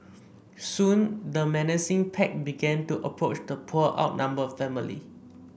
soon the menacing pack began to approach the poor outnumbered family